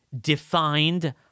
defined